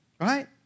right